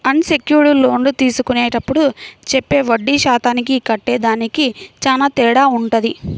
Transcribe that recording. అన్ secured లోన్లు తీసుకునేప్పుడు చెప్పే వడ్డీ శాతానికి కట్టేదానికి చానా తేడా వుంటది